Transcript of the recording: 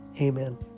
Amen